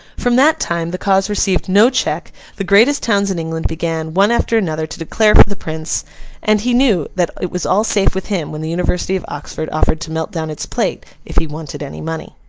from that time, the cause received no check the greatest towns in england began, one after another, to declare for the prince and he knew that it was all safe with him when the university of oxford offered to melt down its plate, if he wanted any money.